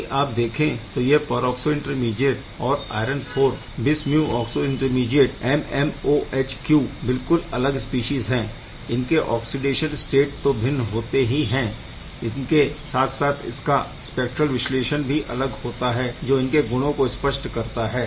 यदि आप देखें तो यह परऑक्सो इंटरमीडीएट और iron IV bis mu oxo intermediate iron IV bis mu oxo intermediateMMOHQ बिलकुल अलग स्पीशीज़ है इनके ऑक्सीडेशन स्टेट तो भिन्न होते ही है इनके साथ साथ इनका स्पेक्ट्रल विशेषता भी अलग होता है जो इनके गुणों को स्पष्ट करता है